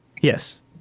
Yes